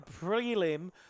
prelim